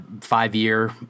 five-year –